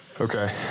Okay